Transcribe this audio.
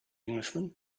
englishman